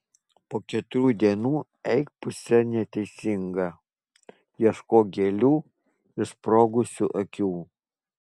po keturių dienų eik puse neteisinga ieškok gėlių išsprogusių akių